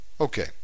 okay